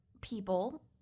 people